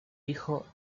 hijo